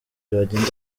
byagenda